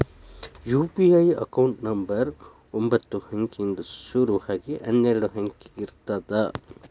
UPI account number ಒಂಬತ್ತ ಅಂಕಿಯಿಂದ್ ಶುರು ಆಗಿ ಹನ್ನೆರಡ ಅಂಕಿದ್ ಇರತ್ತ